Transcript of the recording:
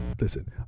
listen